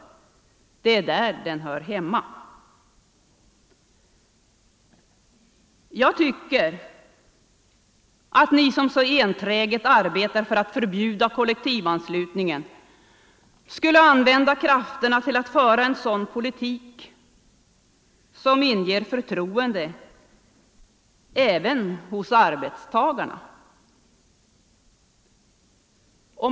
Det är där den hör hemma. Jag tycker att ni, som så enträget arbetar för att förbjuda kollektivanslutningen, skulle använda krafterna till att föra en sådan politik som inger förtroende även hos arbetstagarna.